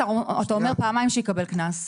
אתה אומר שיקבל קנס פעמיים,